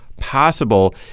possible